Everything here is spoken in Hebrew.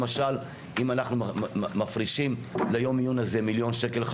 אם אנחנו מפרישים ליום העיון הזה מיליון שקל,